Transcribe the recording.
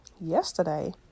yesterday